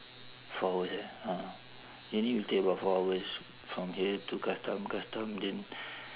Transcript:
four hours ya ah you need to take about four hours from here to custom custom then